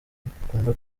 ukunda